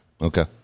Okay